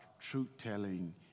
truth-telling